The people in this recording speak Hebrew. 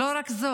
ולא רק זאת,